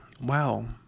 wow